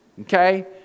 Okay